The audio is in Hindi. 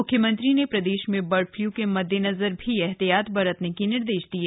मुख्यमंत्री ने प्रदेश में बर्ड फ्लू के मददेनजर भी एहतियात बरतने के निर्देश दिये